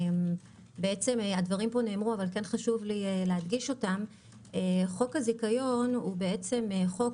חשוב לי להדגיש מה שנאמר פה חוק הזיכיון הוא חוק